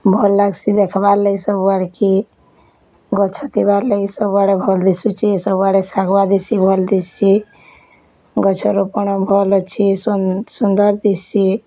ଭଲ୍ ଲାଗ୍ସି ଦେଖ୍ବାର ଲାଗି ସବୁଆଡ଼େ କି ଗଛଥିବାର ଲାଗି ସବୁଆଡ଼େ ଭଲ ଦିଶୁଚି ଏ ସବୁଆଡ଼େ ଶାଗୁଆ ଦିଶୁସି ଗଛ ରୋପଣ ଭଲ୍ ସୁନ୍ଦର ଦିଶିଚି